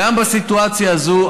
גם בסיטואציה הזו,